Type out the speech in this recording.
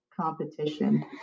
competition